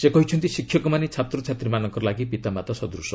ସେ କହିଛନ୍ତି ଶିକ୍ଷକମାନେ ଛାତ୍ରଛାତ୍ରୀମାନଙ୍କ ଲାଗି ପିତାମାତା ସଦୂଶ